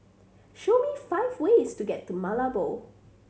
show me five ways to get to Malabo